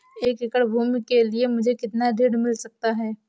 एक एकड़ भूमि के लिए मुझे कितना ऋण मिल सकता है?